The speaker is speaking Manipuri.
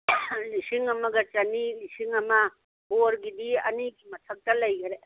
ꯂꯤꯁꯤꯡ ꯑꯃꯒ ꯆꯅꯤ ꯂꯤꯁꯤꯡ ꯑꯃ ꯕꯣꯔꯒꯤꯗꯤ ꯑꯅꯤꯒꯤ ꯃꯊꯛꯇ ꯂꯩꯈ꯭ꯔꯦ